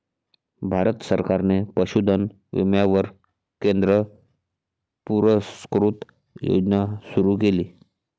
भारत सरकारने पशुधन विम्यावर केंद्र पुरस्कृत योजना सुरू केली